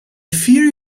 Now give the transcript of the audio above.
fiery